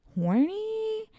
horny